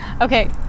Okay